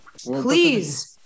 Please